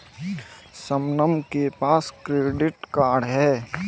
शबनम के पास credit card है